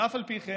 אף על פי כן